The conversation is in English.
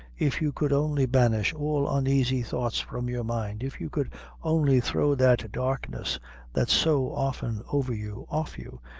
if you could only banish all uneasy thoughts from your mind if you could only throw that darkness that's so often over you, off you,